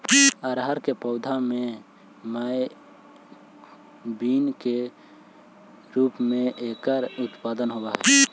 अरहर के पौधे मैं बीन के रूप में एकर उत्पादन होवअ हई